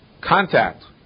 contact